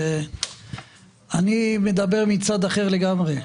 אני מדבר מצד אחר לגמרי.